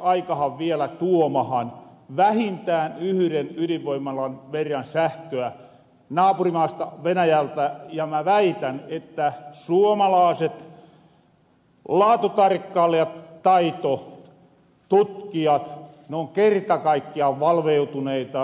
aikahan vielä tuomahan vähintään yhden ydinvoimalan verran sähköä naapurimaasta venäjältä ja mä väitän että suomalaaset laatutarkkailijat tai tutkijat noon kerta kaikkiaan valveutuneita